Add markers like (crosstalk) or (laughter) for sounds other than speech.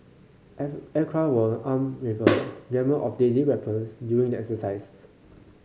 (unintelligible) aircraft were armed (noise) with a gamut of deadly weapons during the exercise